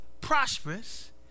prosperous